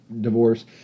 divorce